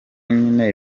nyine